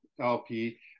LP